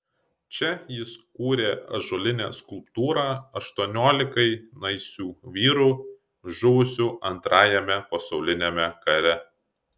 čia jis kūrė ąžuolinę skulptūrą aštuoniolikai naisių vyrų žuvusių antrajame pasauliniame kare